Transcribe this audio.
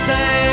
Say